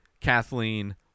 Kathleen